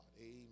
Amen